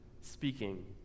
speaking